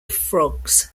frogs